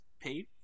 pay